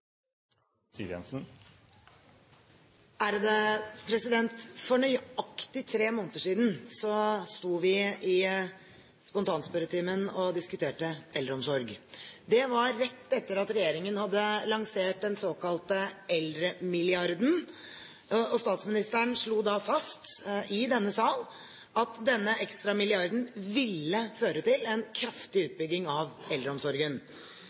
Jensen. For nøyaktig tre måneder sto vi i spontanspørretimen og diskuterte eldreomsorg. Det var rett etter at regjeringen hadde lansert den såkalte eldremilliarden. Statsministeren slo da fast, i denne sal, at denne ekstramilliarden ville føre til en kraftig utbygging av eldreomsorgen.